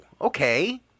okay